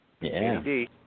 Indeed